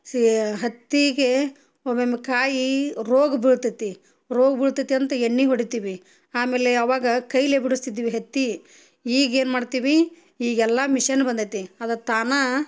sea ಹತ್ತಿಗೆ ಒಮ್ಮೊಮ್ಮೆ ಕಾಯೀ ರೋಗ ಬೀಳ್ತೈತಿ ರೋಗ ಬೀಳ್ತೈತಿ ಅಂತ ಎಣ್ಣೆ ಹೊಡಿತೀವಿ ಆಮೇಲೆ ಆವಾಗ ಕೈಲೆ ಬಿಡಿಸ್ತಿದ್ವಿ ಹೆತ್ತಿ ಈಗೇನು ಮಾಡ್ತೀವಿ ಈಗೆಲ್ಲ ಮಿಷನ್ ಬಂದೈತಿ ಅದು ತಾನು